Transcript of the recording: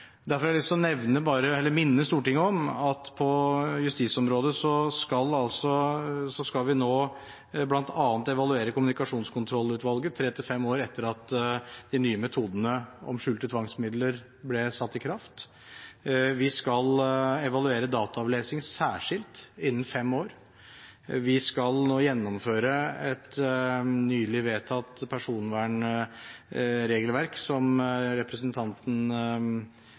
Derfor har jeg lyst til å minne Stortinget om at på justisområdet skal vi nå bl.a. evaluere Kommunikasjonskontrollutvalget tre–fem år etter at de nye metodene om skjulte tvangsmidler ble satt i kraft, vi skal evaluere dataavlesning særskilt innen fem år, vi skal nå gjennomføre et nylig vedtatt personvernregelverk, som representanten